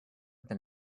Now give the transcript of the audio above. than